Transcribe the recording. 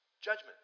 judgment